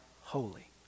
holy